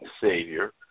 Savior